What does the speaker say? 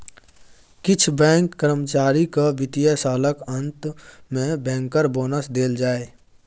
किछ बैंक कर्मचारी केँ बित्तीय सालक अंत मे बैंकर बोनस देल जाइ